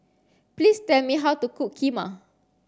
please tell me how to cook Kheema